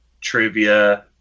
trivia